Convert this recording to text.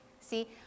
See